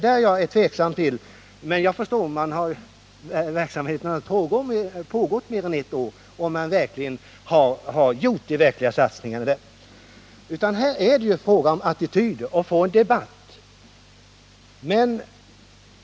Nämndens arbete har ju inte pågått mer än ett år, och man kanske ännu inte har hunnit göra de verkliga satsningarna. Det är fråga om attityder och om att få en debatt till stånd.